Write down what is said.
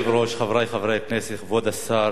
אדוני היושב-ראש, חברי חברי הכנסת, כבוד השר,